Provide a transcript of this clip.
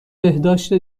بهداشت